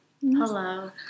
Hello